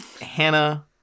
Hannah